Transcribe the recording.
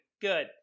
good